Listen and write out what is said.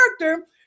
character